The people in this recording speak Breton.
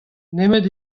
nemet